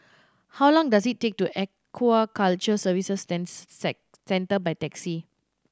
how long does it take to Aquaculture Services Centre by taxi